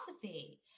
philosophy